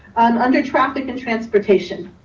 um under traffic and transportation,